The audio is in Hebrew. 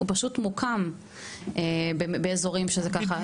הוא פשוט מוקם באזורים שזה ככה.